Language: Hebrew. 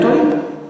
הם טועים.